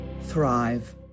thrive